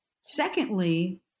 secondly